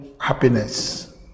happiness